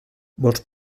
vols